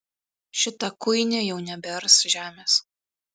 šita kuinė jau nebears žemės